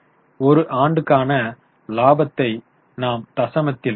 ஒரு ஆண்டுக்கான லாபத்தை நாம் தசமத்தில் 0